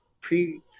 pre